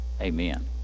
Amen